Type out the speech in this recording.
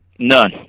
None